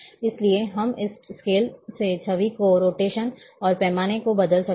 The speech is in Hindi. इसलिए हम इस स्केल से छवि के रोटेशन और पैमाने को बदल सकते हैं